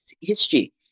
history